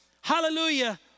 Hallelujah